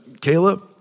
Caleb